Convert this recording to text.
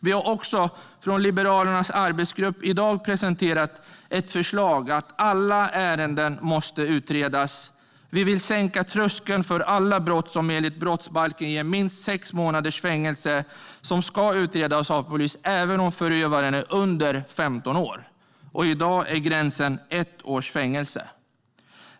Vi i Liberalernas arbetsgrupp har i dag också presenterat ett förslag att alla ärenden måste utredas. Vi vill sänka tröskeln för alla brott som enligt brottsbalken ger minst sex månaders fängelse. De ska utredas av polis även om förövaren är under 15 år. I dag går gränsen vid ett års fängelse.